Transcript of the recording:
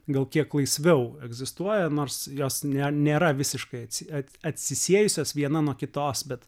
gal kiek laisviau egzistuoja nors jos net nėra visiškai atsi atsisiejusios viena nuo kitos bet